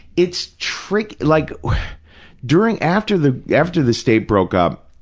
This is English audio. it's trick, like during, after the after the state broke up,